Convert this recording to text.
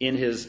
in his